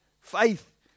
Faith